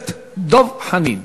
הכנסת דב חנין.